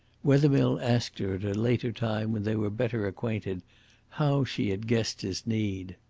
wethermill asked her at a later time when they were better acquainted how she had guessed his need.